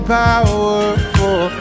powerful